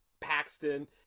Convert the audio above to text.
Paxton